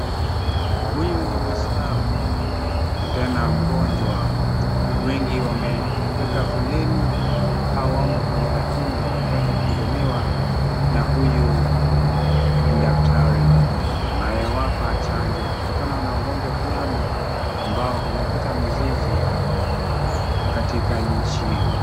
Huyu ni muislamu na tena mgonjwa, wengi wameweka foleni ama wamo kwenye line wakingoja kuhudumiwa na huyu daktari anayewapa chanjo kutokana na ugonjwa fulani ambao umekita mizizi katika nchi.